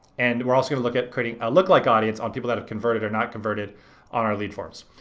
and we're also gonna look at creating a lookalike audience on people that have converted or not converted on our lead forms.